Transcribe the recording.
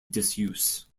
disuse